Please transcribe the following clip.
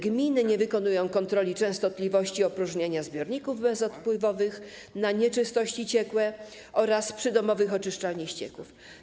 Gminy nie wykonują kontroli częstotliwości opróżniania zbiorników bezodpływowych na nieczystości ciekłe oraz przydomowych oczyszczalni ścieków.